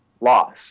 loss